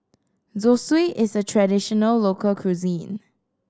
zosui is a traditional local cuisine